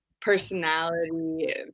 personality